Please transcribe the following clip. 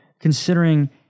considering